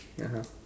(uh huh)